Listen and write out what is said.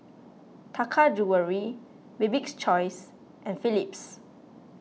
Taka Jewelry Bibik's Choice and Philips